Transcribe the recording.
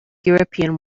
european